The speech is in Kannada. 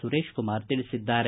ಸುರೇಶ್ಕುಮಾರ್ ತಿಳಿಸಿದ್ದಾರೆ